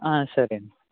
సరే అండి